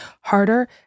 harder